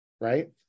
right